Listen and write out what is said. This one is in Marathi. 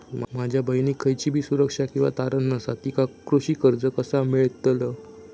माझ्या बहिणीक खयचीबी सुरक्षा किंवा तारण नसा तिका कृषी कर्ज कसा मेळतल?